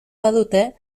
badute